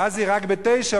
רזי רק ב-09:00,